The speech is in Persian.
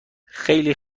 خیلی